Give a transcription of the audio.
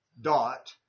dot